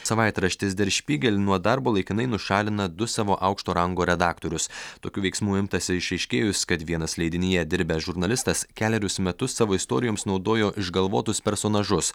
savaitraštis der spygel nuo darbo laikinai nušalina du savo aukšto rango redaktorius tokių veiksmų imtasi išaiškėjus kad vienas leidinyje dirbęs žurnalistas kelerius metus savo istorijoms naudojo išgalvotus personažus